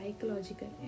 psychological